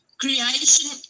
creation